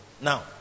Now